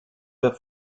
der